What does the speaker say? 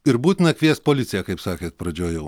ir būtina kviest policiją kaip sakėt pradžioj jau